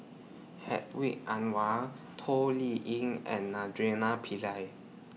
Hedwig Anuar Toh Liying and Naraina Pillai